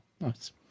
Nice